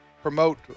promote